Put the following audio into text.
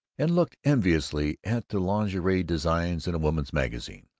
and looked enviously at the lingerie designs in a women's magazine.